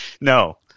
No